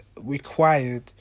required